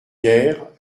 guerre